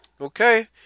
Okay